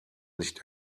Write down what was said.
nicht